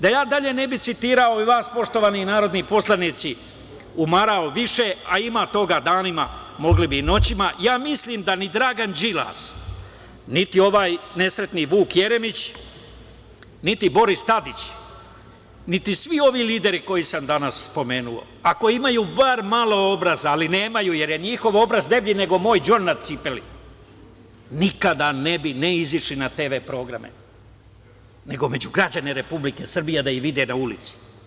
Da ja dalje ne bih citirao i vas, poštovani narodni poslanici, umarao više, a imao toga, danima, mogli bi i noćima, ja mislim da ni Dragan Đilas, niti ovaj nesretni Vuk Jeremić, niti Boris Tadić, niti svi ovi lideri koje sam danas spomenuo, ako imaju bar malo obraza, ali nemaju, jer je njihov obraz deblji nego moj đon na cipeli, nikada ne bi ne izašli na TV programe, nego među građane Republike Srbije da ih vide na ulici.